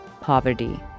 poverty